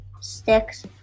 sticks